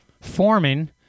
forming